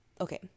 okay